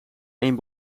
één